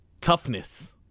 Toughness